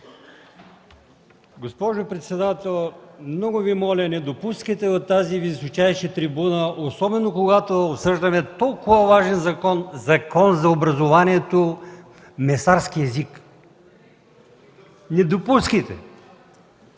Госпожо председател, много Ви моля не допускайте от тази височайша трибуна, особено когато обсъждаме толкова важен закон – закон за образование, месарски език. Не допускайте!